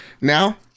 Now